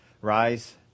rise